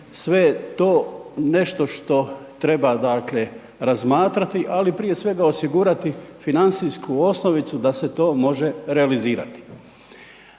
je to nešto što treba dakle razmatrati, ali prije svega osigurati financijsku osnovicu da se to može realizirati.